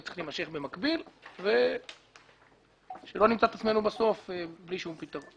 זה צריך להימשך במקביל על מנת שלא נמצא את עצמנו בסוף בלי שום פתרון.